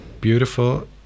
beautiful